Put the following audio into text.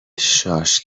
شاش